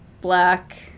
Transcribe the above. black